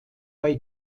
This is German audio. bei